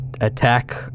attack